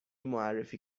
معرفی